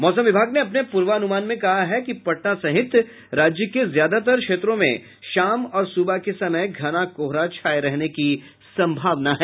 मौसम विभाग ने अपने पूर्वानुमान में कहा है कि पटना सहित राज्य के ज्यादातर क्षेत्रों में शाम और सुबह के समय घना कोहरा छाये रहने की सम्भावना है